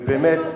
ובאמת,